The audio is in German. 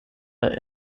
der